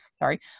sorry